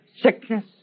sickness